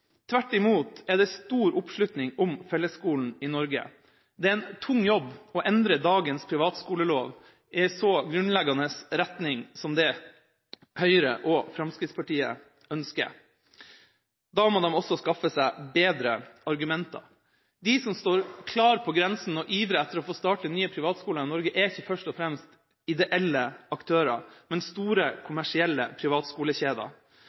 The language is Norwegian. Tvert imot er det stor oppslutning om fellesskolen i Norge. Det er en tung jobb å endre dagens privatskolelov i en så grunnleggende retning som Høyre og Fremskrittspartiet ønsker. Da må de også skaffe seg bedre argumenter. De som står klar på grensen og ivrer etter å få starte nye privatskoler i Norge, er ikke først og fremst ideelle aktører, men store kommersielle privatskolekjeder.